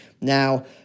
Now